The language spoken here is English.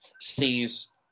sees